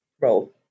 role